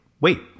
wait